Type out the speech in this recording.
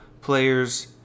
players